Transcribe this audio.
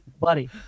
buddy